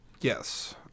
Yes